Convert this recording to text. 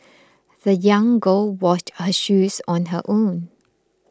the young girl washed her shoes on her own